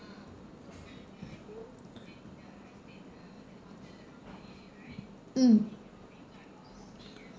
mm